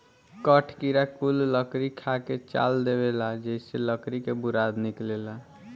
कठ किड़ा कुल लकड़ी खा के चाल देवेला जेइसे लकड़ी के बुरादा निकलेला